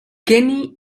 kenny